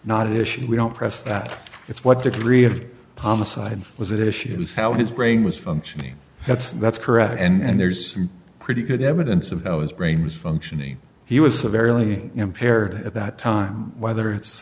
at issue we don't press that it's what degree of homicide was it issues how his brain was functioning that's that's correct and there's some pretty good evidence of those brains functioning he was severely impaired at that time whether it's